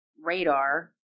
Radar